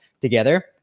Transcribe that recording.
together